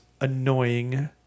annoying